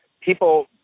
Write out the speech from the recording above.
people